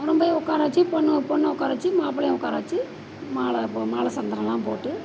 அப்புறமே உட்கார வச்சு பெண்ணு பொண்ணை உட்கார வச்சு மாப்பிள்ளையும் உட்கார வச்சு மாலை போ மாலை சந்தனமெலாம் போட்டு